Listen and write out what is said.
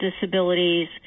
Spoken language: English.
disabilities